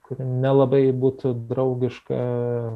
kuri nelabai būtų draugiška